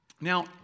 Now